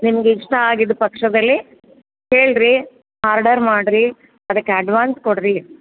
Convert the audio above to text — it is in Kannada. ನಿಮ್ಗೆ ಇಷ್ಟ ಆಗಿದ್ದ ಪಕ್ಷದಲ್ಲಿ ಹೇಳಿ ರೀ ಆರ್ಡರ್ ಮಾಡಿರಿ ಅದ್ಕೆ ಅಡ್ವಾನ್ಸ್ ಕೊಡಿರಿ